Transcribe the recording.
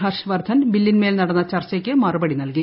ഹർഷ്വർധൻ ബില്ലിൻമേൽ നടന്ന ചർച്ചക്ക് മറുപടി നൽകി